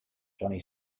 johnny